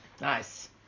Nice